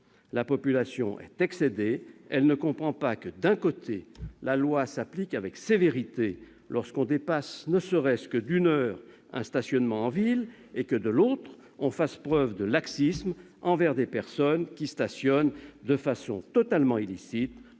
La population est excédée, elle ne comprend pas que, d'un côté, la loi s'applique avec sévérité lorsque l'on dépasse, ne serait-ce que d'une heure, la durée autorisée de stationnement en ville, et que, de l'autre, on fasse preuve de laxisme envers des personnes qui stationnent de façon totalement illicite